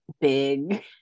big